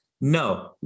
No